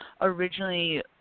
originally